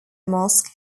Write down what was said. mosque